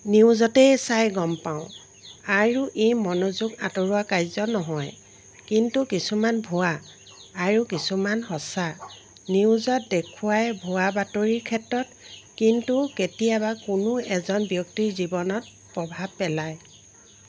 নিউজতেই চাই গম পাওঁ আৰু এই মনোযোগ আঁতৰোৱা কাৰ্য নহয় কিন্তু কিছুমান ভুৱা আৰু কিছুমান সঁচা নিউজত দেখুৱাই ভুৱা বাতৰিৰ ক্ষেত্ৰত কিন্তু কেতিয়াবা কোনো এজন ব্যক্তিৰ জীৱনত প্ৰভাৱ পেলায়